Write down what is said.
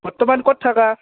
বৰ্তমান ক'ত থাকা